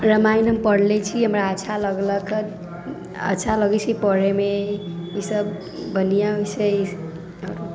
रामायण हम पढ़ले छी हमरा अच्छा लगलक अच्छा लगै छै पढ़ैमे ईसब बढ़िआँ छै आओर